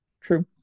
True